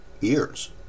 years